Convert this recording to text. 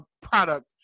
product